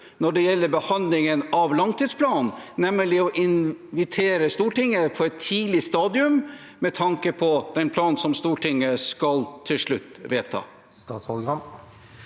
når det gjelder behandlingen av langtidsplanen, nemlig å invitere Stortinget på et tidlig stadium med tanke på den planen som Stortinget til slutt skal